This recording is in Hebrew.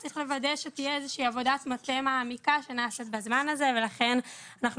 צריך לוודא שתהיה איזושהי עבודת מטה מעמיקה שנעשית בזמן הזה ולכן אנחנו